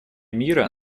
мира